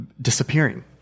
disappearing